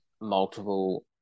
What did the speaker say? multiple